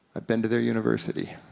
i've been to their university.